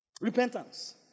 Repentance